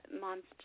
monster